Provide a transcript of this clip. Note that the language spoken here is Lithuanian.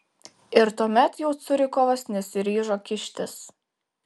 ir tuomet jau curikovas nesiryžo kištis